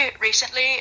recently